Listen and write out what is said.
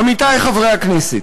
עמיתי חברי הכנסת,